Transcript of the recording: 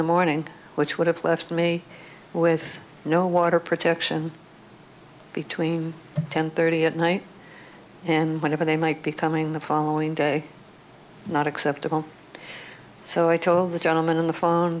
the morning which would have left me with no water protection between ten thirty at night and whatever they might be coming the following day not acceptable so i told the gentleman in the